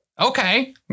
okay